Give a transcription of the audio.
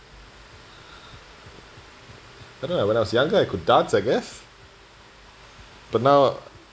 I don't know when I was younger I could dance I guess but now